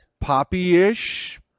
Poppy-ish